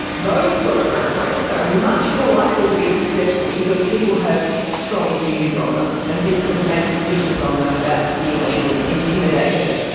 those sort of referenda are much more likely to be successful because people have strong views on them and people can make decisions on them without feeling intimidated.